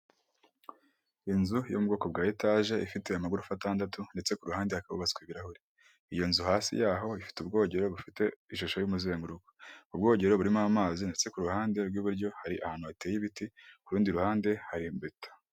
Inzu yo mubwoko bwa etage ifite amagorofa atandatu ndetse kuru ruhande hakubaswa ibirahure. Iyo nzu hasi yaho ifite ubwogero bufite ishusho y'umuzenguruka. Ubwogero burimo amazi ndetse ku ruhande rw'iburyo hari ahantu hateye ibiti, ku rundi ruhande hari beto.